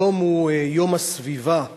היום הוא יום הסביבה הבין-לאומי,